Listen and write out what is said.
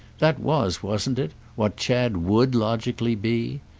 that was, wasn't it? what chad would logically be.